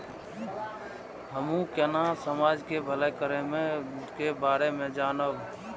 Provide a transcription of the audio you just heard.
हमू केना समाज के भलाई के बारे में जानब?